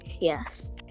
yes